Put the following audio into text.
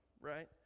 right